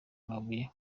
mabuye